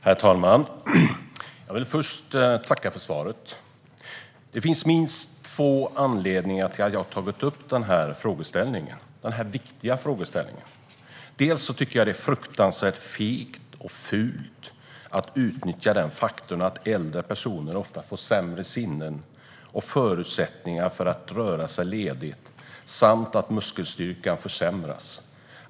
Herr talman! Jag vill börja med att tacka för svaret. Det finns minst två anledningar till att jag har tagit upp denna viktiga frågeställning. Den första är att jag tycker att det är fruktansvärt fegt och fult att utnyttja den faktorn att äldre personer ofta får sämre sinnen och förutsättningar att röra sig ledigt samt att muskelstyrkan försämras.